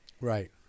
right